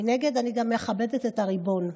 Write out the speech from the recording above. מנגד, אני גם מכבדת את הריבון.